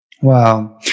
Wow